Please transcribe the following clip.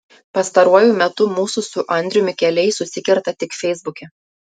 pastaruoju metu mūsų su andriumi keliai susikerta tik feisbuke